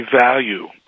value